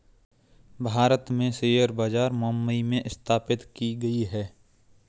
भारत में शेयर बाजार मुम्बई में स्थापित की गयी है